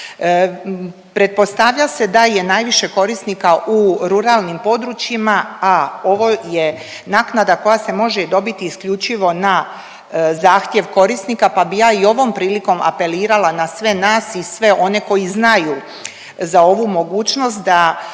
Pretpostavlja se da je najviše korisnika u ruralnim područjima, a ovo je naknada koja se može dobiti isključivo na zahtjev korisnika, pa bi ja i ovom prilikom apelirala na sve nas i sve one koji znaju za ovu mogućnost da